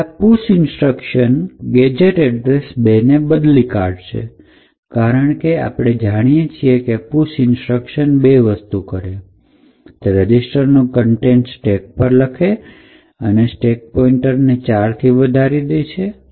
હવે આ push instruction ગેજેટ એડ્રેસ ૨ ને બદલી કાઢે છે કારણ કે આપણે જાણીએ છીએ કે પુશ ઇન્સ્ટ્રક્શન બે વસ્તુ કરે છે તે રજીસ્ટરનો કન્ટેન્ટ સ્ટેક પર લખે છે અને સ્ટેટ પોઇન્ટર ને ૪ થી વધારી દે છે